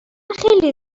خیلی